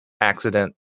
accident